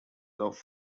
love